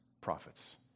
prophets